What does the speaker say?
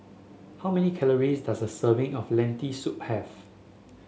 how many calories does a serving of Lentil Soup have